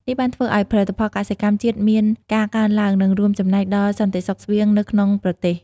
នេះបានធ្វើឲ្យផលិតផលកសិកម្មជាតិមានការកើនឡើង និងរួមចំណែកដល់សន្តិសុខស្បៀងនៅក្នុងប្រទេស។